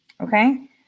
okay